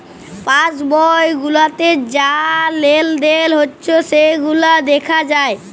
pass বই গুলাতে যা লেলদেল হচ্যে সেগুলা দ্যাখা যায়